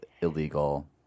illegal